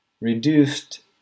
reduced